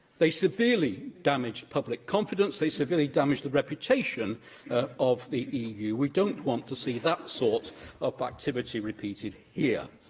they severely damaged public confidence, they severely damaged the reputation of the eu. we don't want to see that sort of activity repeated here.